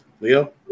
Leo